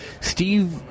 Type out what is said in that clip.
steve